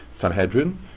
Sanhedrin